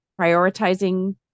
Prioritizing